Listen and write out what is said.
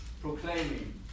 proclaiming